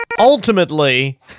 Ultimately